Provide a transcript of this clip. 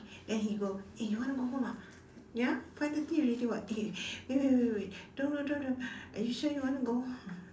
then he go eh you want to go home ah ya five thirty already [what] eh wait wait wait wait don't don't don't are you sure you want to go